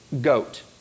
goat